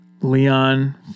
Leon